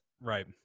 right